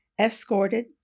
escorted